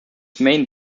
main